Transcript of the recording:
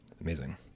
Amazing